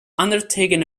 undertaken